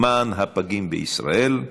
למען הפגים בישראל,